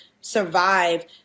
survive